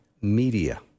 media